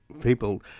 people